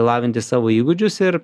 lavinti savo įgūdžius ir